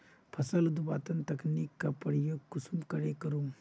फसल उत्पादन तकनीक का प्रयोग कुंसम करे करूम?